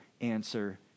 answer